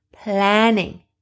planning